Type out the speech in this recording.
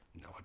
No